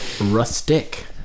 Rustic